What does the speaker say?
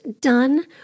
done